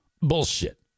Bullshit